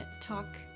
talk